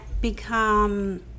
become